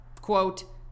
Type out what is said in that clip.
quote